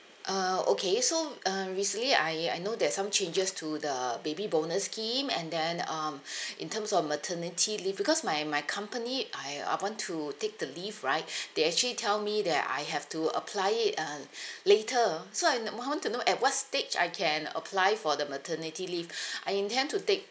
uh okay so um recently I I know there're some changes to the baby bonus scheme and then um in terms of maternity leave because my my company I I want to take the leave right they actually tell me that I have to apply it um later so I I want to know at what stage I can apply for the maternity leave I intend to take